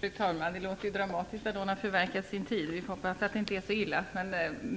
Fru talman! Det låter dramatiskt att någon har förverkat sin tid. Vi får hoppas att det inte är så illa. Det